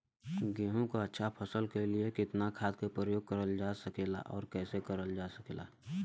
गेहूँक अच्छा फसल क लिए कितना खाद के प्रयोग करल जा सकेला और कैसे करल जा सकेला?